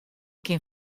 kin